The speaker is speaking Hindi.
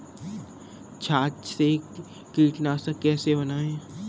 छाछ से कीटनाशक कैसे बनाएँ?